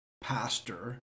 pastor